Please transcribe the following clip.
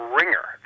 ringer